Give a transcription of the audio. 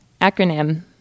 acronym